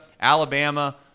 Alabama